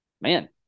man